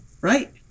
Right